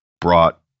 brought